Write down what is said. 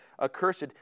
accursed